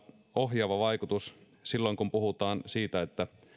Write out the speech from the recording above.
ohjaava vaikutus silloin kun puhutaan siitä